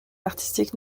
artistique